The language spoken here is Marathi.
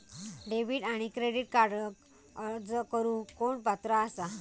डेबिट आणि क्रेडिट कार्डक अर्ज करुक कोण पात्र आसा?